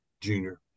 junior